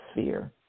sphere